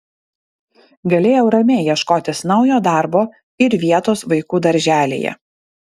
galėjau ramiai ieškotis naujo darbo ir vietos vaikų darželyje